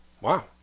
wow